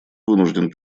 вынужден